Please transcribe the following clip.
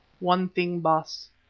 one thing, baas.